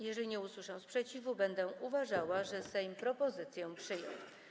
Jeżeli nie usłyszę sprzeciwu, będę uważała, że Sejm propozycję przyjął.